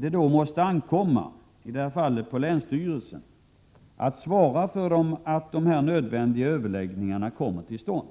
Det ankommer i detta fall på länsstyrelsen att svara för att de nödvändiga överläggningarna kommer till stånd,